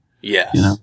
Yes